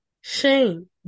Shame